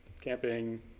camping